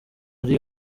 ari